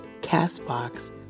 CastBox